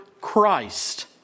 Christ